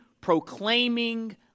proclaiming